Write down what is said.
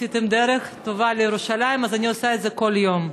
עשיתם דרך טובה לירושלים, אני עושה את זה כל יום,